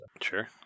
Sure